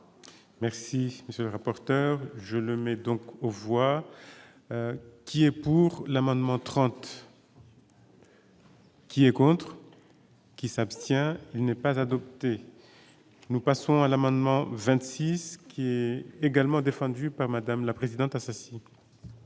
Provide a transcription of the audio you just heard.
Merci, monsieur le rapporteur, je ne mets donc on voit qu'il est pour l'amendement 30. Qui est contre qui s'abstient, il n'est pas adoptée, nous passons à l'amendement 26 qui est également défendue par Madame la Présidente.